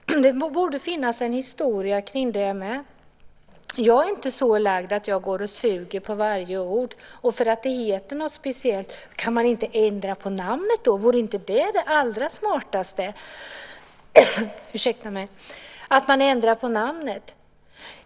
Det borde finnas en historia bakom det. Jag är inte så lagd att jag går och suger på varje ord och benämning, men vore inte det allra smartaste att ändra på namnet?